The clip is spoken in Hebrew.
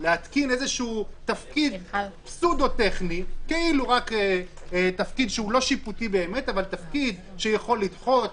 להתקין תפקיד כאילו שאינו שיפוטי באמת אבל יכול לדחות,